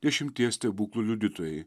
dešimties stebuklų liudytojai